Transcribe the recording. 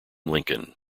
lincoln